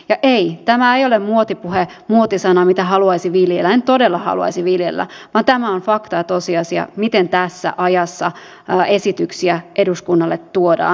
ja ei tämä ei ole muotipuhe muotisana mitä haluaisi viljellä en todella haluaisi viljellä vaan tämä on fakta ja tosiasia miten tässä ajassa esityksiä eduskunnalle tuodaan